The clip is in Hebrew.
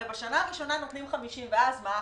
הרי בשנה הראשונה נותנים 50, ואז מה?